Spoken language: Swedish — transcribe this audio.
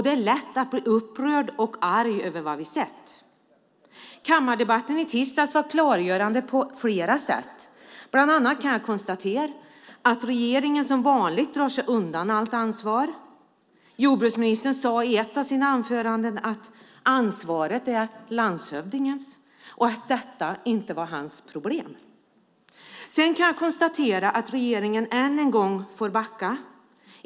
Det är lätt att bli upprörd och arg över vad vi sett. Kammardebatten i tisdags var klargörande på flera sätt. Bland annat kan jag konstatera att regeringen som vanligt drar sig undan allt ansvar. Jordbruksministern sade i ett av sina anföranden att ansvaret är landshövdingens och att detta inte var hans problem. Jag kan också konstatera att regeringen än en gång får backa.